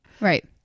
Right